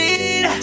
Need